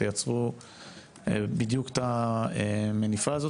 תייצרו בדיוק את המניפה הזאת.